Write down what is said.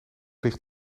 ligt